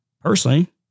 Personally